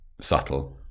subtle